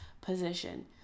position